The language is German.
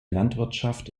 landwirtschaft